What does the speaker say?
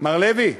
מר לוי,